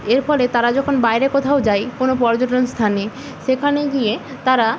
এর ফলে তারা যখন বাইরে কোথাও যায় কোনো পর্যটন স্থানে সেখানে গিয়ে তারা